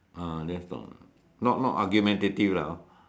ah that's all not not argumentative lah hor